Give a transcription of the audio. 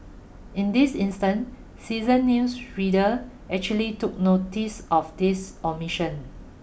in this instant seasoned news readers actually took notice of this omission